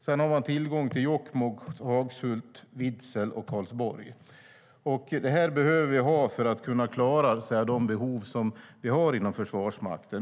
Sedan har man tillgång till Jokkmokk, Hagshult, Vidsel och Karlsborg. Det här behöver vi ha för att kunna klara de behov som vi har inom Försvarsmakten.